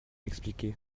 expliquais